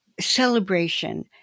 celebration